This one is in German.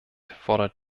fordert